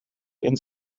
ins